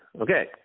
Okay